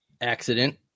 accident